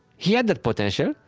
he had the potential,